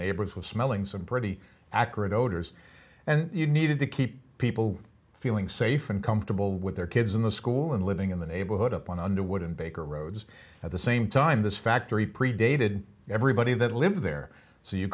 neighbors with smelling some pretty accurate odors and you needed to keep people feeling safe and comfortable with their kids in the school and living in the neighborhood up on underwood and baker roads at the same time this factory predated everybody that lived there so you